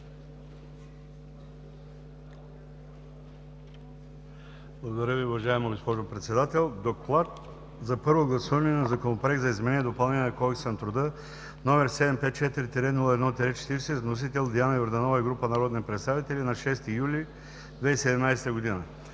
Благодаря Ви, уважаема госпожо Председател. „ДОКЛАД за първо гласуване на Законопроект за изменение и допълнение на Кодекса на труда, № 754-01-40 с вносители Диана Йорданова и група народни представители на 6 юли 2017 г.